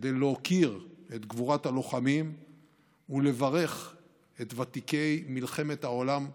כדי להוקיר את גבורת הלוחמים ולברך את ותיקי מלחמת העולם השנייה,